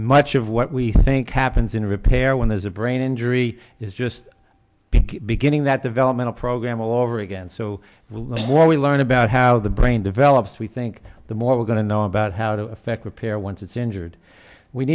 much of what we think happens in repair when there's a brain injury is just beginning that developmental program all over again so will the more we learn about how the brain develops we think the more we're going to know about how to affect repair once it's injured we